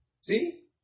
See